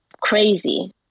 crazy